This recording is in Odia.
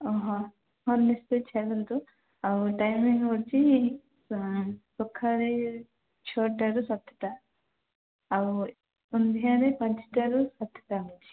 ଓହୋ ନିଶ୍ଚୟ ଛାଡ଼ନ୍ତୁ ଆଉ ଟାଇମିଙ୍ଗ୍ ହେଉଛି ସକାଳେ ଛଅଟାରୁ ସାତଟା ଆଉ ସନ୍ଧ୍ୟାରେ ପାଞ୍ଚଟାରୁ ସାତଟାରେ ଅଛି